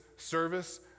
service